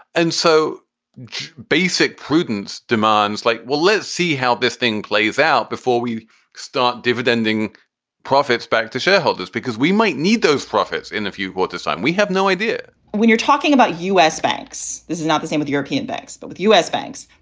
and so basic prudence demands like, well, let's see how this thing plays out before we start dividend ing profits back to shareholders because we might need those profits in a few. what? um we have no idea when you're talking about u s. banks. this is not the same with european banks, but with u s. banks.